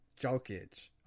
Jokic